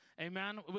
Amen